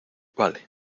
vale